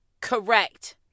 Correct